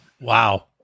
Wow